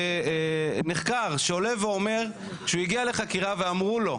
נחקר שהגיע לחקירה ואמרו לו,